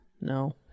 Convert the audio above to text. No